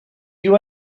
you